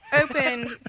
opened